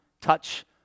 touch